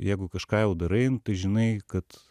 jeigu kažką jau darai tai žinai kad